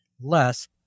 less